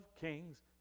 kings